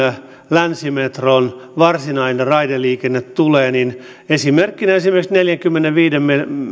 länsimetron varsinainen raideliikenne tulee esimerkiksi neljänkymmenenviiden